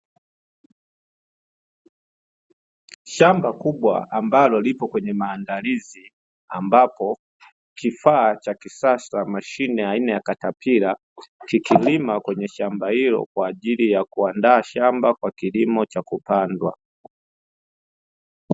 Shamba kubwa ambalo lipo kwenye maandalizi ambapo kifaa cha kisasa mashine aina ya katapila, kikilima kwenye shamba hilo kwa ajili ya kuandaa shamba kwa kilimo cha kupandwa.